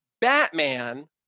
batman